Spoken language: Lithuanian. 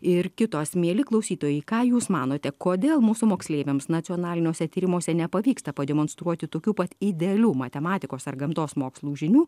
ir kitos mieli klausytojai ką jūs manote kodėl mūsų moksleiviams nacionaliniuose tyrimuose nepavyksta pademonstruoti tokių pat idealių matematikos ar gamtos mokslų žinių